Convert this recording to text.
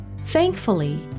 Thankfully